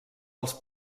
als